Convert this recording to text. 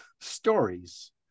stories